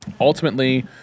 Ultimately